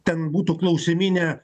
ten būtų klausimyne